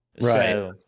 right